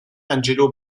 angelo